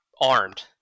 armed